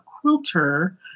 quilter